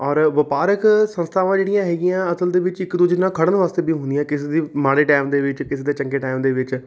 ਔਰ ਵਪਾਰਕ ਸੰਸਥਾਵਾਂ ਜਿਹੜੀਆਂ ਹੈਗੀਆਂ ਅਸਲ ਦੇ ਵਿੱਚ ਇੱਕ ਦੂਜੇ ਨਾਲ ਖੜ੍ਹਨ ਵਾਸਤੇ ਵੀ ਹੁੰਦੀਆਂ ਕਿਸੇ ਦੇ ਮਾੜੇ ਟਾਈਮ ਦੇ ਵਿੱਚ ਕਿਸੇ ਦੇ ਚੰਗੇ ਟਾਈਮ ਦੇ ਵਿੱਚ